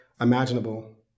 imaginable